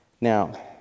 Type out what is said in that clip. now